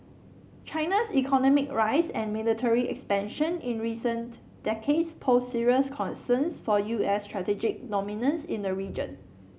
China's economic rise and military expansion in recent decades pose serious concerns for U S strategic dominance in the region